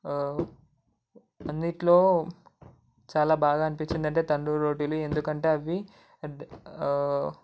అన్నింటిలో చాలా బాగా అనిపించింది ఏంటంటే తందూరి రొట్టెలు ఎందుకంటే అవి